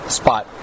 spot